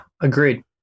agreed